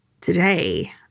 Today